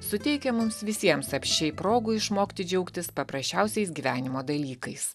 suteikia mums visiems apsčiai progų išmokti džiaugtis paprasčiausiais gyvenimo dalykais